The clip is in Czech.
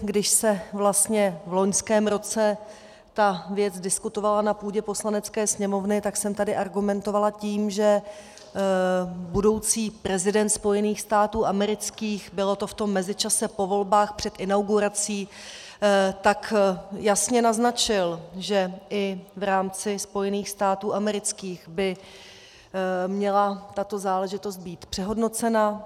Když se v loňském roce ta věc diskutovala na půdě Poslanecké sněmovny, tak jsem tady argumentovala tím, že budoucí prezident Spojených států amerických bylo to v tom mezičase po volbách před inaugurací jasně naznačil, že i v rámci Spojených států amerických by měla tato záležitost být přehodnocena.